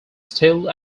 still